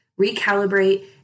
recalibrate